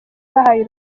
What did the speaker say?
bahaye